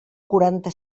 quaranta